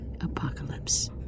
apocalypse